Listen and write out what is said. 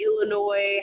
illinois